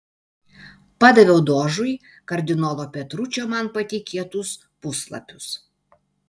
padaviau dožui kardinolo petručio man patikėtus puslapius